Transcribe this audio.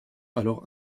alors